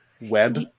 web